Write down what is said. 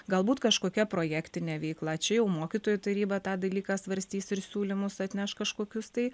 galbūt kažkokia projektinė veikla čia jau mokytojų taryba tą dalyką svarstys ir siūlymus atneš kažkokius tai